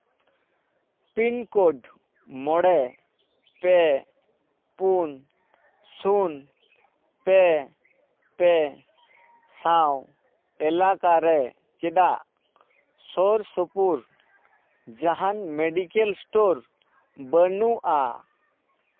pincode ᱢᱚᱬᱮ ᱯᱮ ᱯᱩᱱ ᱥᱩᱱ ᱯᱮ ᱯᱮ ᱥᱟᱶ ᱮᱞᱟᱠᱟᱨᱮ ᱪᱮᱫᱟᱜ ᱥᱩᱨ ᱥᱩᱯᱩᱨ ᱡᱟᱦᱟᱱ ᱢᱮᱰᱤᱠᱮᱞ ᱥᱴᱳᱨ ᱵᱟᱹᱱᱩᱜᱼᱟ